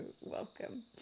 welcome